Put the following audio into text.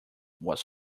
was